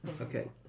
okay